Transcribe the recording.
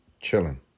chilling